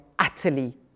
utterly